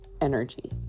energy